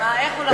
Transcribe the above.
מה איך הוא לחץ?